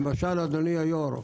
למשל, אדוני היושב-ראש,